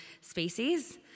species